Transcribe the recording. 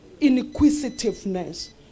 Inquisitiveness